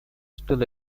still